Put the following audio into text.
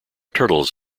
turtles